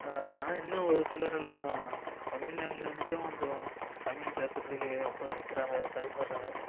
ஆனால் இன்னும் ஒரு சிலர் எல்லாம் தமிழ்நாட்டுல இருந்துகிட்டே கொஞ்சம் தமிழ் பேசறதுக்கு ரொம்ப திக்குகிறாங்க தடுமாறுகிறாங்க